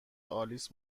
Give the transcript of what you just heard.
آلیس